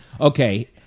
okay